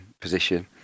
position